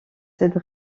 cette